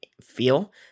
feel